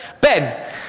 Ben